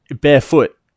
barefoot